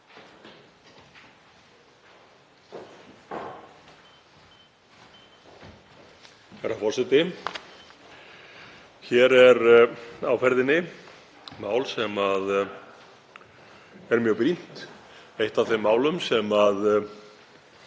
Herra forseti. Hér er á ferðinni mál sem er mjög brýnt, eitt af þeim málum sem var